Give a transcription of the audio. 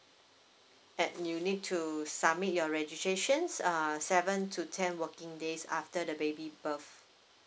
and you need to submit your registrations uh seven to ten working days after the baby birth